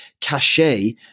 cachet